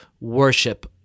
worship